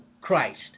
Christ